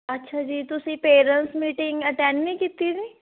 ਅੱਛਾ ਜੀ ਤੁਸੀਂ ਪੇਰੈਂਟਸ ਮੀਟਿੰਗ ਅਟੈਂਡ ਨਹੀਂ ਕੀਤੀ ਜੀ